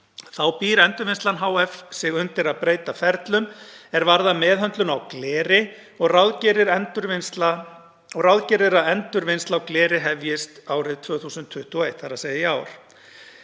Þá býr Endurvinnslan hf. sig undir að breyta ferlum er varða meðhöndlun á gleri og ráðgerir að endurvinnsla á gleri hefjist 2021, þ.e. í ár.